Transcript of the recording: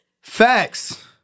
Facts